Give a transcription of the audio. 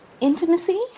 intimacy